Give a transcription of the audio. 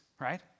right